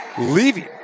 leaving